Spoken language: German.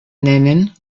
nennen